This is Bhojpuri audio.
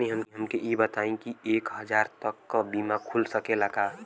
तनि हमके इ बताईं की एक हजार तक क बीमा खुल सकेला का?